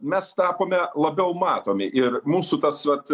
mes tapome labiau matomi ir mūsų tas vat